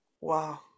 Wow